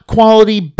Quality